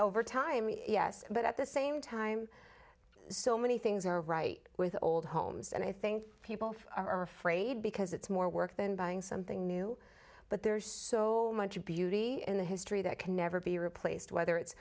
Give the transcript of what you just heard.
over time yes but at the same time so many things are right with old homes and i think people are afraid because it's more work than buying something new but there is so much beauty in the history that can never be replaced whether it's